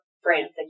France